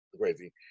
crazy